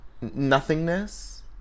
Nothingness